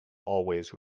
always